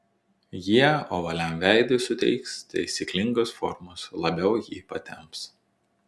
jie ovaliam veidui suteiks taisyklingos formos labiau jį patemps